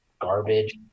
garbage